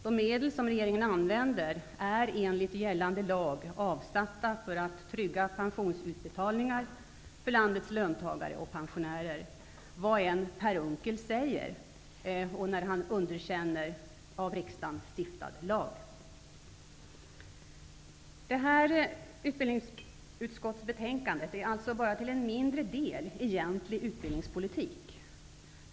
De medel som regeringen använder är enligt gällande lag avsatta för att trygga pensionsutbetalningar för landets löntagare och pensionärer, vad Per Unckel än säger när han underkänner av riksdagen stiftad lag. Detta utbildningsutskottsbetänkande handlar alltså bara till en mindre del om egentlig utbildningspolitik.